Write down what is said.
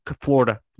Florida